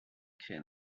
creen